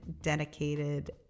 dedicated